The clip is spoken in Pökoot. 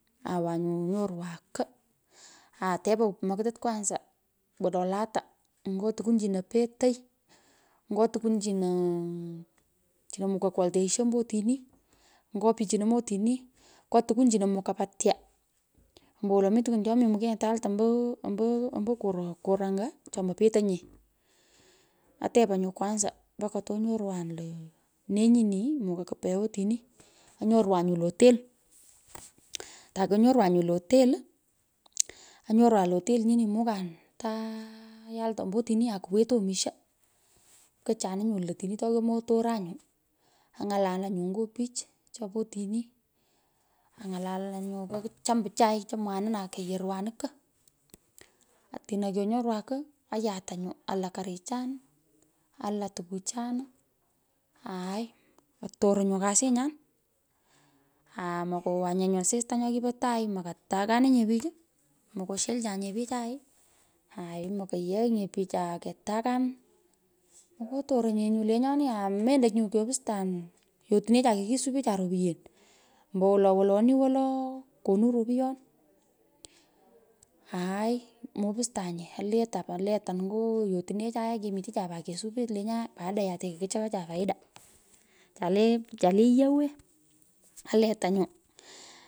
Awan nyu anyorwan ko, atepan makitit kwanza wolo latei nyo tukwon chino petei, ngo tukwun chino mukoi kwlolteisho ombo otini, ngo pichino mii otini nyo tukwón chino muko paa tya ombowolo mi tokwun cho momokenyinye tealta ombo omboo kor anga chomo petenye. Atepan nyo kwanza mpaka tonyorwan lo nenyini, mukol kupea otini onyorwan nyu lo hotel. Takonyorywan nyu to hotel, onyorwan to hotel nyini, mokan tu yulta ombo otini, akuwetoi omisho. Pkochini lo otini to yomoi atoran nyu ang'alatan ayu nyó pich chopo otini, ang’alulan nyo, tukuchowanin pichui chomwanin akeyorwanin koo. Otino kyonyorwan ko ayatan nyo ala karichan, alan tukuchan aai otoronyo kasinyan. Aa mokowanye asista nyo kipo tai, moko takanin nye pich, mokoshelchanye pich chai, aai mokoyegh nye pich aa ketakanin. Mokuturonye nyu lenyeni aa mendo nyu kyopustan yotunechai kikusupecha ropiyen ombowolo woloni wolo konu ropuyon aai mupustanye aletan pat aletan nyo yotunechae kemitecha pat kesupe lenyae baada ya tino kakuchaacha cha le yiowe aletunyu.